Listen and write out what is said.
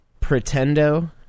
pretendo